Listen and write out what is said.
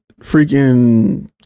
freaking